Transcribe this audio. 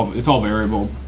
it's all variable.